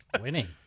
Winning